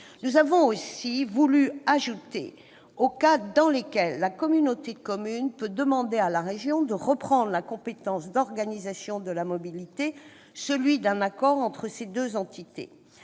nous avons voulu ajouter, aux cas dans lesquels la communauté de communes peut demander à la région de reprendre la compétence d'organisation de la mobilité, celui d'un accord entre ces deux entités.